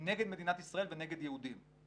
נגד מדינת ישראל ונגד יהודים.